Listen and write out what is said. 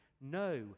No